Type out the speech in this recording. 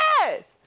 Yes